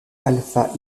alpha